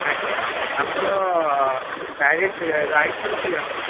ଆଜ୍ଞା ଆପଣ ଡାଇରେକ୍ଟ ଗାଈଠାରୁ ଦିଅନ୍ତି